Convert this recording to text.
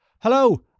Hello